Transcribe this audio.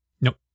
Nope